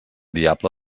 diable